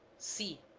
c.